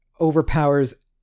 overpowers